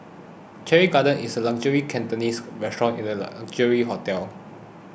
Cherry Garden is a luxurious Cantonese restaurant in a luxury hotel